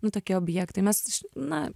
nu tokie objektai mes na